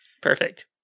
Perfect